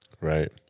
Right